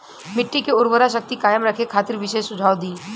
मिट्टी के उर्वरा शक्ति कायम रखे खातिर विशेष सुझाव दी?